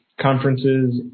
conferences